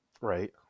Right